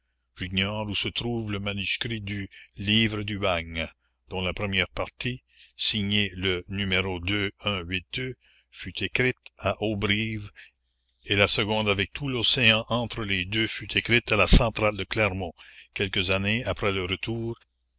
j'ignore où se trouve le manuscrit du livre du bagne dont la première partie signée le n fut écrite à auberive et la seconde avec tout l'océan entre les deux fut écrite à la centrale de clermont quelques années après le retour